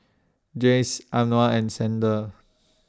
Jayce Anwar and Xander